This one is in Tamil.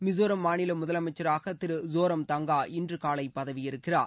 மிசோரம் மாநில முதலமைச்சராக திரு ஸோரம்தங்கா இன்று காலை பதவியேற்கிறார்